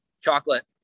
Chocolate